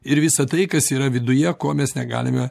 ir visa tai kas yra viduje ko mes negalime